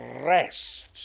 rest